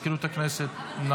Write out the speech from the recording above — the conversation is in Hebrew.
מזכירות הכנסת, נא